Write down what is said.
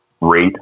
rate